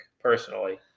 personally